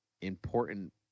important